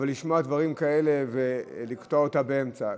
אבל לשמוע דברים כאלה ולקטוע אותם באמצע,